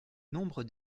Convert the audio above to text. nombre